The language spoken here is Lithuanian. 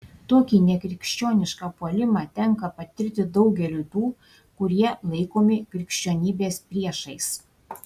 tokį nekrikščionišką puolimą tenka patirti daugeliui tų kurie laikomi krikščionybės priešais